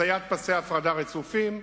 חציית פסי הפרדה רצופים,